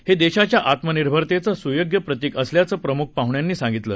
हे देशाच्या आत्मनिर्भरतेचं सुयोग्य प्रतीक असल्याचं प्रमुख पाहण्यांनी सांगितलं